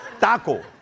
taco